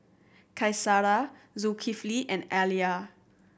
Qaisara Zulkifli and Alya